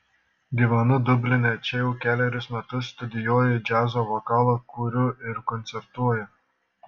gyvenu dubline čia jau kelerius metus studijuoju džiazo vokalą kuriu ir koncertuoju